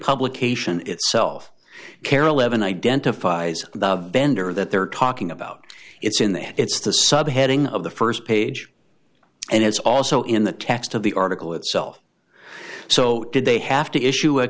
publication itself carol evan identifies the vendor that they're talking about it's in the it's the subheading of the st page and it's also in the text of the article itself so did they have to issue a